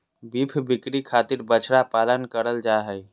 beef बिक्री खातिर बछड़ा पालन करल जा हय